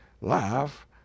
laugh